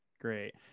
Great